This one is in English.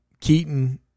Keaton